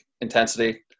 intensity